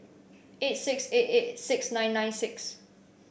eight six eight eight six nine nine six